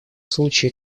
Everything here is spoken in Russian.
случае